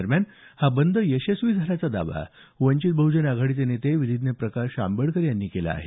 दरम्यान हा बंद यशस्वी झाल्याचा दावा वंचित बहुजन आघाडीचे नेते विधिज्ञ प्रकाश आंबेडकर यांनी केला आहे